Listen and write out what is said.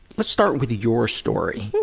let's start with your story.